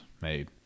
made